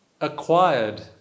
acquired